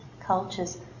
cultures